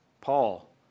Paul